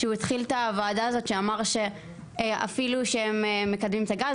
כשהוא התחיל את הוועדה הזאת הוא אמר שאפילו שהם מקדמים את הגז,